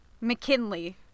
McKinley